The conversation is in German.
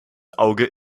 auge